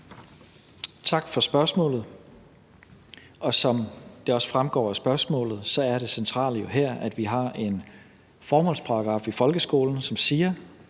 Tak for spørgsmålet. Som det også fremgår af spørgsmålet, er det centrale jo her, at vi har en formålsparagraf i folkeskolen, som bl.a.